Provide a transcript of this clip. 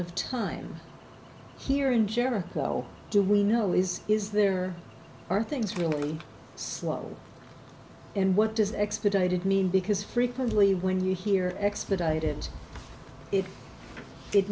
of time here in jericho do we know is is there are things really slow and what does expedited mean because frequently when you hear expedited i